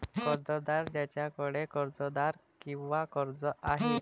कर्जदार ज्याच्याकडे कर्जदार किंवा कर्ज आहे